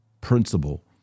principle